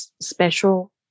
special